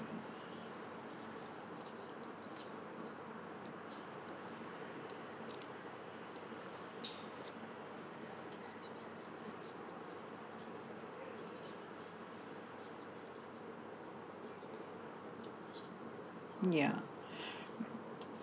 ya